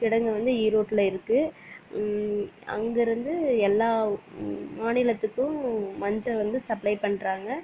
கிடங்கு வந்து ஈரோட்டில் இருக்கு அங்கேருந்து எல்லா மாநிலத்துக்கும் மஞ்சள் வந்து சப்ளை பண்ணுறாங்க